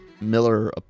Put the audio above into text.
Miller